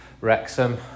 Wrexham